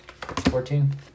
Fourteen